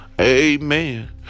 Amen